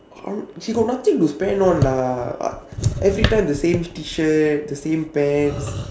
how he got nothing to spend on lah uh every time the same T-shirt the same pants